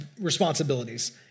responsibilities